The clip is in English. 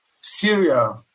Syria